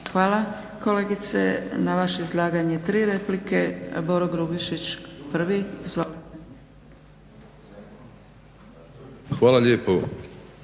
Hvala kolegice. Na vaše izlaganje tri replike. Boro Grubišić prvi. Izvolite.